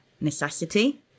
necessity